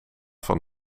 van